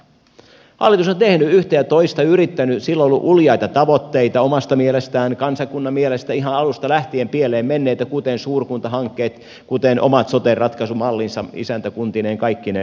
hallitus on tehnyt yhtä ja toista yrittänyt sillä on ollut uljaita tavoitteita omasta mielestään kansakunnan mielestä ihan alusta lähtien pieleen menneitä kuten suurkuntahankkeet kuten omat sote ratkaisumallinsa isäntäkuntineen kaikkineen